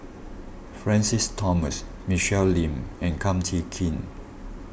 Francis Thomas Michelle Lim and Kum Chee Kin